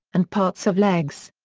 and parts of legs.